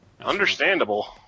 Understandable